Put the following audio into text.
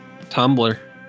Tumblr